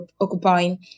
occupying